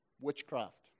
witchcraft